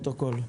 אדוני,